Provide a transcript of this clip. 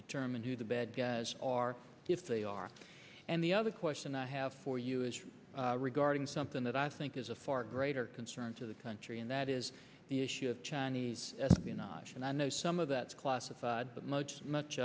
determine who the bad guys are if they are and the other question i have for you is regarding something that i think is a far greater concern to the country and that is the issue of chinese espionage and i know some of that is classified but much